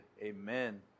amen